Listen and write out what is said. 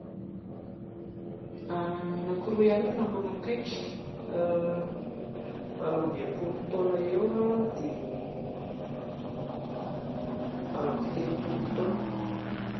Anankiroa ihany ny namana akaiky, valo amby enimpolo taona eo dia valo amby telopolo taona